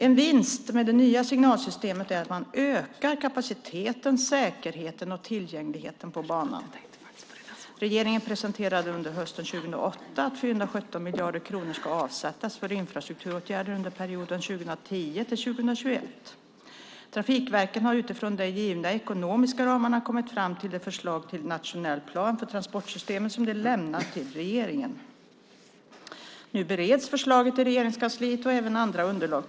En vinst med det nya signalsystemet är att man ökar kapaciteten, säkerheten och tillgängligheten på banan. Regeringen presenterade under hösten 2008 att 417 miljarder kronor ska avsättas för infrastrukturåtgärder under perioden 2010-2021. Trafikverken har utifrån de givna ekonomiska ramarna kommit fram till det förslag till nationell plan för transportsystemet som de lämnat till regeringen. Nu bereds förslaget i Regeringskansliet och även andra underlag.